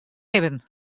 libben